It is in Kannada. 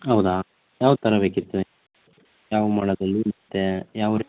ಹೌದಾ ಯಾವ ಥರ ಬೇಕಿತ್ತು ಯಾವ ಮಾಡೆಲಲ್ಲಿ ಮತ್ತು ಯಾವ ರೀತಿ